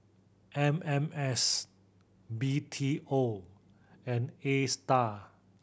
M M S B T O and Astar